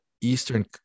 Eastern